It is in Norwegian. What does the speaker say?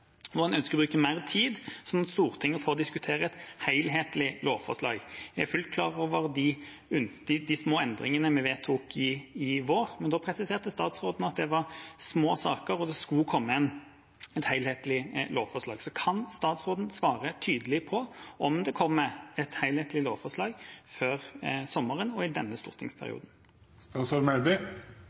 og en ønsker å bruke mer tid sånn at Stortinget får diskutert et helhetlig lovforslag. Jeg er fullt klar over de små endringene vi vedtok i fjor vår, men da presiserte statsråden at det var små saker, og at det skulle komme et helhetlig lovforslag. Kan statsråden svare tydelig på om det kommer et helhetlig lovforslag før sommeren og i denne